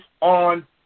on